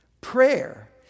prayer